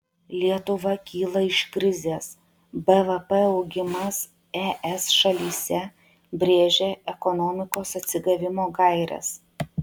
lietuva kyla iš krizės bvp augimas es šalyse brėžia ekonomikos atsigavimo gaires